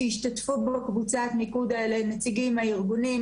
וישתתפו בקבוצת המיקוד הזו נציגים מהארגונים,